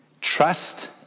Trust